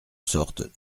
sortent